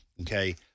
okay